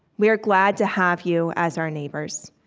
we are glad to have you as our neighbors.